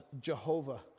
Jehovah